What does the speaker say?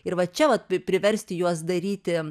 ir va čia vat priversti juos daryti